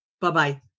Bye-bye